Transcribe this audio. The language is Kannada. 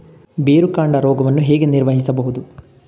ಬೇರುಕಾಂಡ ರೋಗವನ್ನು ಹೇಗೆ ನಿರ್ವಹಿಸಬಹುದು?